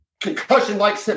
concussion-like